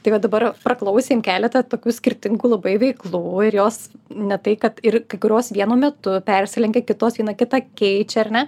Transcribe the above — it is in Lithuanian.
tai va dabar paklausėm keletą tokių skirtingų labai veiklų ir jos ne tai kad ir kai kurios vienu metu persilenkia kitos viena kitą keičia ar ne